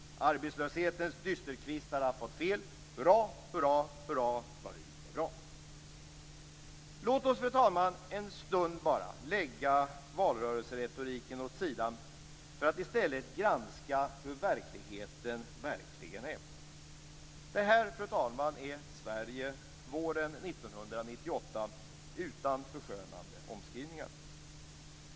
Arbetslöshetens dysterkvistar har fått fel - hurra, hurra, hurra vad vi är bra! Låt oss, fru talman, bara för en stund lägga valrörelseretoriken åt sidan för att i stället granska hur verkligheten ser ut. Det här, fru talman, är Sverige våren 1998 utan förskönande omskrivningar.